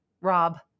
Rob